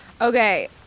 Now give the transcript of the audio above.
Okay